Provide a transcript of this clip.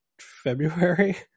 February